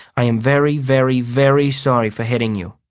i am very, very, very sorry for hitting you.